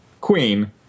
Queen